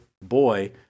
boy